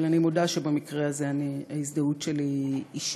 אבל אני מודה שבמקרה הזה ההזדהות שלי אישית,